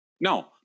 No